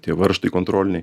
tie varžtai kontroliniai